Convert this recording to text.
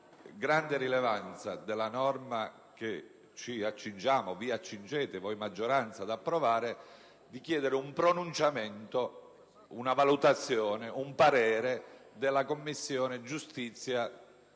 grande rilevanza della norma che ci accingiamo, o meglio, che la maggioranza si accinge ad approvare, chiediamo un pronunciamento, una valutazione, un parere della Commissione giustizia